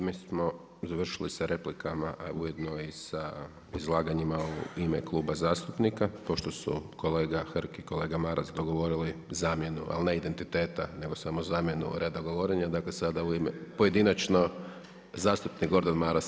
Time smo završili sa replikama, ujedno i sa izlaganjima u ime kluba zastupnika, pošto su kolega Hrg i kolega Maras dogovorili zamjenu ali ne identiteta nego samo zamjenu reda govorenja, dakle sada pojedinačno, zastupnik Gordan Maras.